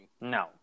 No